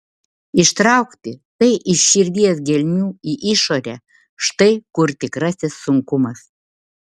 ištraukti tai iš širdies gelmių į išorę štai kur tikrasis sunkumas